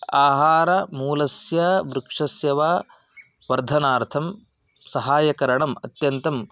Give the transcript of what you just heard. आहारमूलस्य वृक्षस्य वा वर्धनार्थं सहाय्यकरणम् अत्यन्तम्